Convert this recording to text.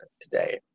today